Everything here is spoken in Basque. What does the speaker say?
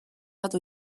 bat